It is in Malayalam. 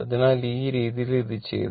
അതിനാൽ ഈ രീതിയിൽ ഇത് ചെയ്തു